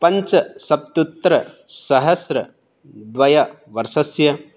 पञ्चसप्तत्युत्तरसहस्रद्वयवर्षस्य